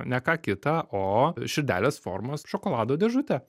ne ką kitą o širdelės formos šokolado dėžutę